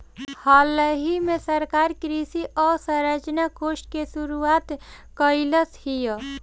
हालही में सरकार कृषि अवसंरचना कोष के शुरुआत कइलस हियअ